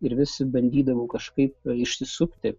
ir vis bandydavau kažkaip išsisukti